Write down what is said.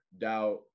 doubt